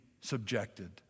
subjected